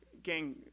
gang